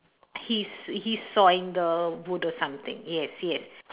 he's he's sawing the wood or something yes yes